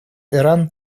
иран